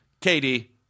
Katie